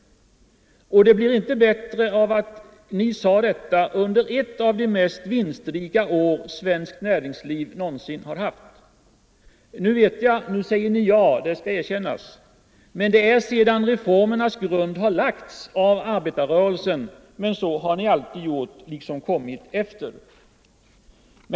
Det blir inte bättre av att ni sade detta under ett av de minst vinstrika år som svenskt näringsliv någonsin har haft. Nu säger ni ja — det skall erkännas - men det är sedan reformernas grund har lagts av arbetarrörelsen. På detta sätt har ni alltid gjort — ni har liksom kommit efter.